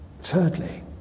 Thirdly